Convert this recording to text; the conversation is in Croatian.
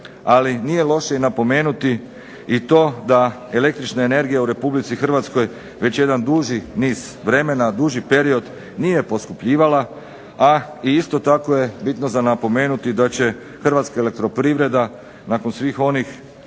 ali nije loše i napomenuti i to da električna energija u Republici Hrvatskoj već jedan duži niz vremena, duži period nije poskupljivala, a isto tako je bitno za napomenuti da će Hrvatska elektroprivreda nakon svih onih